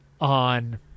on